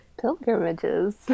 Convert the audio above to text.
pilgrimages